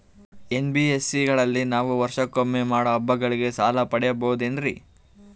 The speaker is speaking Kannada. ಎನ್.ಬಿ.ಎಸ್.ಸಿ ಗಳಲ್ಲಿ ನಾವು ವರ್ಷಕೊಮ್ಮೆ ಮಾಡೋ ಹಬ್ಬಗಳಿಗೆ ಸಾಲ ಪಡೆಯಬಹುದೇನ್ರಿ?